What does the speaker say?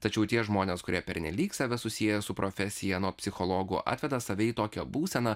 tačiau tie žmonės kurie pernelyg save susieja su profesija anot psichologų atveda save į tokią būseną